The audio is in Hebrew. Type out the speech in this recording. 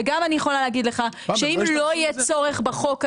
וגם אני יכולה להגיד לך שאם לא יהיה צורך בחוק הזה,